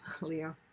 Leo